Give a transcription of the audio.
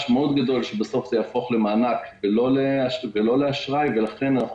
גדול מאוד שבסוף זה יהפוך למענק ולא לאשראי ולכן אנחנו